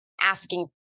asking